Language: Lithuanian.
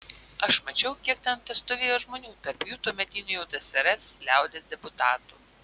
aš mačiau kiek ten testovėjo žmonių tarp jų tuometinių jau tsrs liaudies deputatų